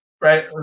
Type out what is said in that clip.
Right